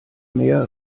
mehr